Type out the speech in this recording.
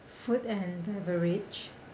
food and beverage